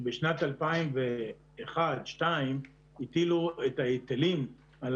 שבשנת 2001-2002 הטילו את ההיטלים על